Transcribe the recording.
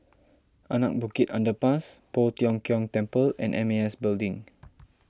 Anak Bukit Underpass Poh Tiong Kiong Temple and M A S Building